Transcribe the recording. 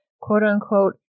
quote-unquote